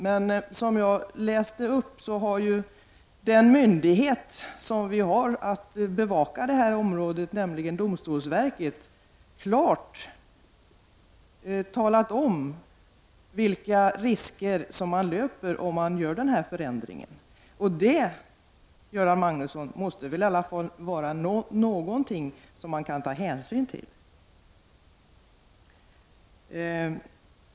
Men den myndighet som har att bevaka det här området, nämligen domstolsverket, har klart talat om vilka risker man löper om man gör den här förändringen, vilket jag tidigare nämnde, Detta, Göran Magnusson, måste väl ändå vara någonting som man måste ta hänsyn till?